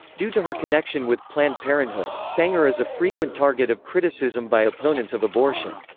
due to her connection with planned parenthood, sanger is a frequent target of criticism by opponents of abortion.